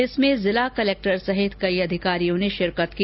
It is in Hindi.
इसमें जिला कलेक्टर सहित कई अधिकारियों ने शिरकत की